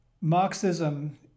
Marxism